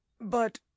But